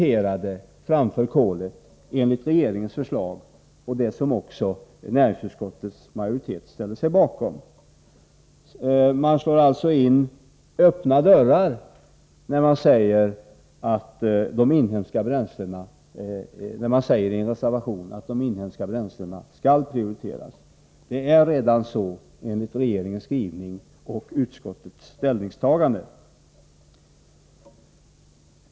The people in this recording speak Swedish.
Enligt regeringens förslag, som ju näringsutskottets majoritet har ställt sig bakom, är inhemska bränslen prioriterade framför kolet. Man slår alltså in öppna dörrar, när man i en reservation säger att de inhemska bränslena skall prioriteras. Denna uppfattning återfinns redan i propositionen och i utskottets skrivning.